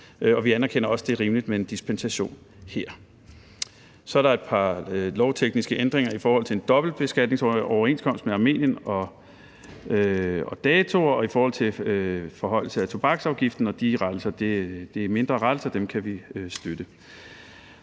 Og vi anerkender også, at det er rimeligt med en dispensation her. Så er der et par lovtekniske ændringer i forhold til en dobbeltbeskatningsoverenskomst med Armenien og i forhold til datoer og i forhold til forhøjelse af tobaksafgift. Og de rettelser er mindre rettelser. Dem kan vi støtte.